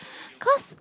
cause